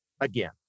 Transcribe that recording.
again